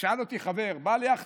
שאל אותי חבר בעל יאכטה,